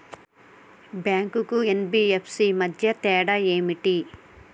Bank కు NBFC కు మధ్య తేడా ఏమిటి?